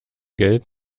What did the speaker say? geld